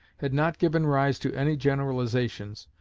had not given rise to any generalizations,